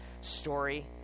story